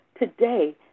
today